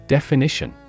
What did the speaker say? Definition